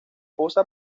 posa